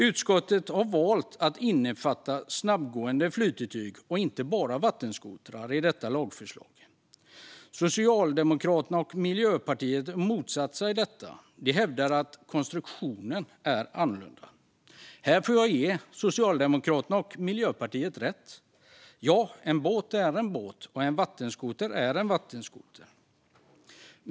Utskottet har valt att innefatta snabbgående flytetyg och inte bara vattenskotrar i detta lagförslag. Socialdemokraterna och Miljöpartiet har motsatt sig detta. De hävdar att konstruktionen är annorlunda. Här får jag ge Socialdemokraterna och Miljöpartiet rätt. Ja, en båt är en båt, och en vattenskoter är en vattenskoter.